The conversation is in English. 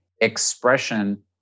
expression